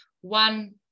one